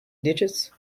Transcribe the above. digits